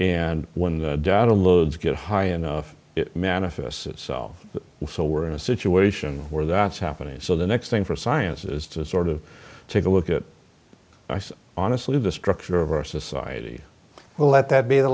and when the data loads get high enough it manifests itself so we're in a situation where that's happening and so the next thing for science is to sort of take a look at ice honestly the structure of our society well let that be the